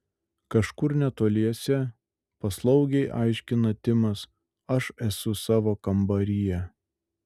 kažkur netoliese paslaugiai aiškina timas aš esu savo kambaryje